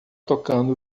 tocando